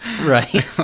Right